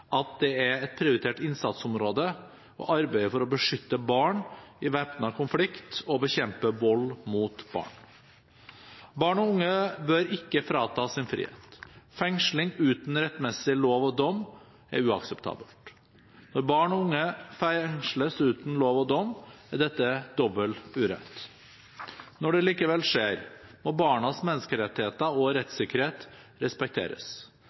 at det er et prioritert innsatsområde å arbeide for å beskytte barn i væpnet konflikt og å bekjempe vold mot barn. Barn og unge bør ikke fratas sin frihet. Fengsling uten rettmessig lov og dom er uakseptabelt. Når barn og unge fengsles uten lov og dom, er dette en dobbel urett. Når det likevel skjer, må barnas menneskerettigheter og rettssikkerhet respekteres,